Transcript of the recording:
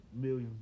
millions